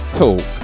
talk